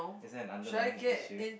is there an underline issue